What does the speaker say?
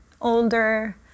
older